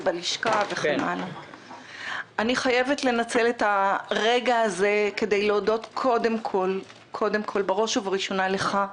אני חייבת לנצל את הרגע הזה כדי להודות בראש וראשונה לך,